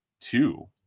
two